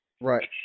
Right